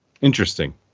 Interesting